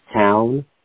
town